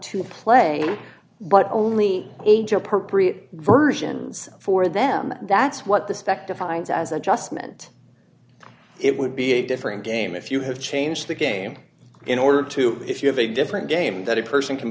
to play but only age appropriate versions for them that's what the spec defines as adjustment it would be a different game if you have changed the game in order to if you have a different game that a person can